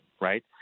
right